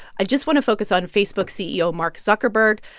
i just want to focus on facebook ceo mark zuckerberg.